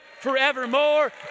forevermore